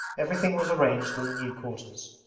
everything was arranged in the new quarters.